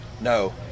No